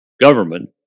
government